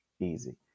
easy